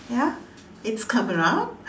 ya it's cover up